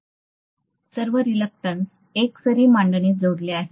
म्हणून मी सर्व रिलक्टंस एकसरी मांडणीत जोडले आहेत